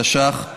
התשע"ח 2018,